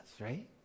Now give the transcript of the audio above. right